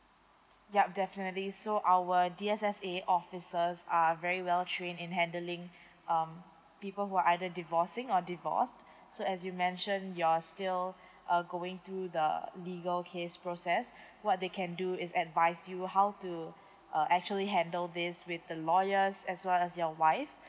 yup definitely so our D_S_S_A officers are very well trained in handling um people who are either divorcing or divorced so as you mentioned you're still uh going through the legal case process what they can do is advise you how to uh actually handle this with the lawyers as well as your wife